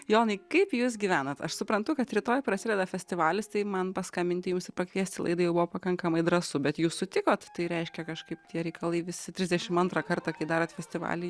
jonai kaip jūs gyvenat aš suprantu kad rytoj prasideda festivalis tai man paskambinti jums ir pakviesti į laidą jau buvo pakankamai drąsu bet jūs sutikot tai reiškia kažkaip tie reikalai visi trisdešim antrą kartą kai darot festivalį